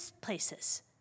places